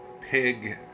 Pig